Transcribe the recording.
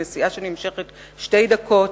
נסיעה שנמשכת שתי דקות.